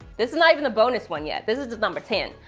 this is not even the bonus one yet. this is just number ten.